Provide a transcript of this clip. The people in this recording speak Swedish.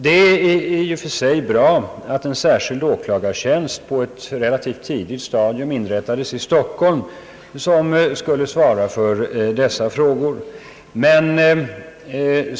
Det är i och för sig bra att en särskild åklagartjänst på ett tidigt stadium har inrättats i Stockholm för dessa frågor.